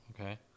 Okay